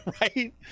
Right